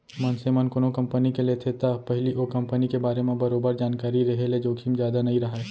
मनसे मन कोनो कंपनी के लेथे त पहिली ओ कंपनी के बारे म बरोबर जानकारी रेहे ले जोखिम जादा नइ राहय